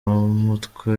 b’umutwe